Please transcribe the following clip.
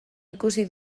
ikusi